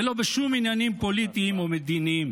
ולא בשום עניינים פוליטיים או מדיניים,